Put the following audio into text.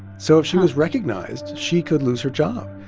so if she was recognized, she could lose her job.